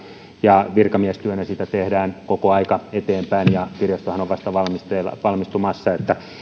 ja virkamiestyönä sitä tehdään koko ajan eteenpäin kirjastohan on vasta valmistumassa ja